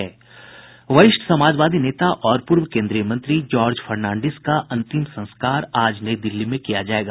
वरिष्ठ समाजवादी नेता और पूर्व केन्द्रीय मंत्री जॉर्ज फर्नांडिस का अंतिम संस्कार आज नई दिल्ली में किया जायेगा